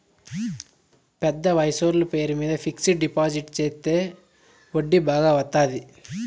పెద్ద వయసోళ్ల పేరు మీద ఫిక్సడ్ డిపాజిట్ చెత్తే వడ్డీ బాగా వత్తాది